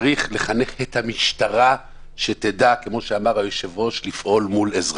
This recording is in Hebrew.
צריך לחנך את המשטרה שתדע כמו שאמר היושב-ראש לפעול מול אזרחים.